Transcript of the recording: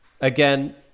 Again